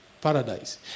Paradise